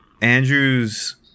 Andrew's